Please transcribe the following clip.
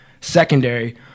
secondary